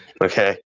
Okay